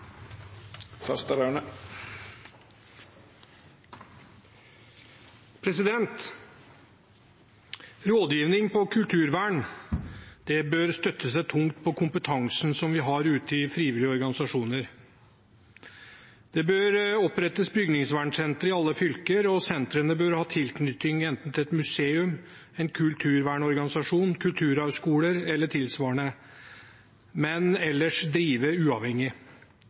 Rådgivning innen kulturvern bør støtte seg tungt på kompetansen som vi har ute i frivillige organisasjoner. Det bør opprettes bygningsvernsentre i alle fylker, og sentrene bør ha tilknytning til enten et museum, en kulturvernorganisasjon, en kulturarvskole eller tilsvarende, men ellers drive uavhengig.